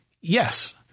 Yes